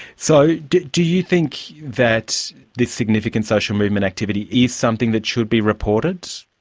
so do do you think that this significant social movement activity is something that should be reported?